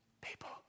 people